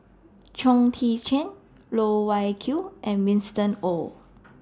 Chong Tze Chien Loh Wai Kiew and Winston Oh